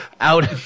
out